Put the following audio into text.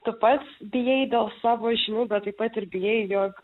tu pats bijai dėl savo žinių bet taip pat ir bijai jog